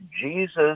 Jesus